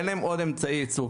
אין להם עוד אמצעי ייצור.